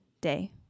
day